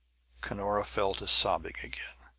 cunora fell to sobbing again.